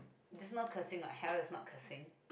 there's no cursing what hell is not cursing